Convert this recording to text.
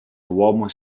uomo